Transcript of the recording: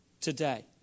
today